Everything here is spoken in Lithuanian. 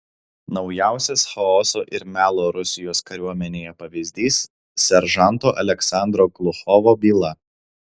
naujausias chaoso ir melo rusijos kariuomenėje pavyzdys seržanto aleksandro gluchovo byla